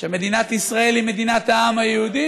שמדינת ישראל היא מדינת העם היהודי.